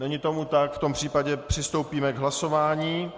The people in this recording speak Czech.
Není tomu tak, v tom případě přistoupíme k hlasování.